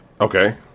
okay